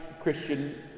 Christian